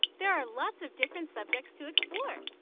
there are lots of different subjects to explore.